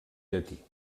llatí